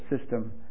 system